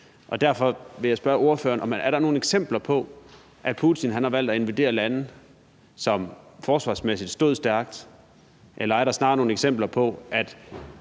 derfor vil jeg spørge ordføreren: Er der nogen eksempler på, at Putin har valgt at invadere lande, som forsvarsmæssigt stod stærkt? Eller er der snarere nogle eksempler på, at